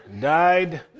died